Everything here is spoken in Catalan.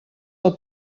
del